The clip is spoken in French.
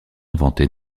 inventée